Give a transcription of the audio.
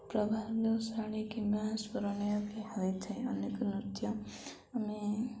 ପ୍ରଭାବଶାଳୀ କିମ୍ବା ସ୍ମରଣୀୟ ବି ହୋଇଥାଏ ଅନେକ ନୃତ୍ୟ ଆମେ